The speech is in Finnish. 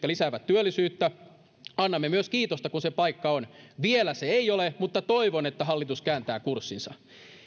lisäävät työllisyyttä annamme myös kiitosta kun se paikka on vielä se ei ole mutta toivon että hallitus kääntää kurssinsa